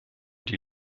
die